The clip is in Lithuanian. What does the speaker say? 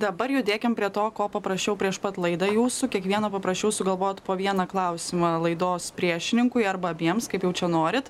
dabar judėkim prie to ko paprašiau prieš pat laidą jūsų kiekvieno paprašiau sugalvot po vieną klausimą laidos priešininkui arba abiems kaip jau čia norit